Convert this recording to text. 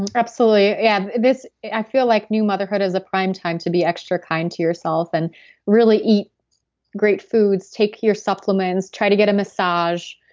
and absolutely. yeah. i feel like new motherhood is a prime time to be extra kind to yourself and really eat great foods. take your supplements. try to get a massage.